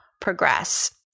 progress